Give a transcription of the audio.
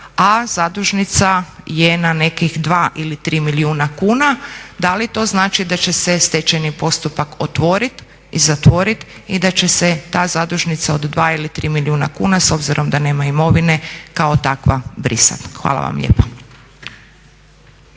a zadužnica je na nekih 2 ili 3 milijuna kuna? Da li to znači da će se stečajni postupak otvoriti i zatvoriti, i da će se ta zadužnica od 2 ili 3 milijuna kuna s obzirom da nema imovine kao takva brisati? Hvala vam lijepa.